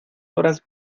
horas